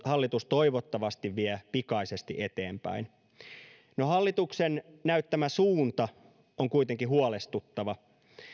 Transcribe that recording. hallitus toivottavasti vie pikaisesti eteenpäin hallituksen näyttämä suunta on kuitenkin huolestuttava